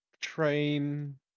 train